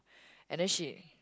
and then she